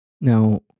Now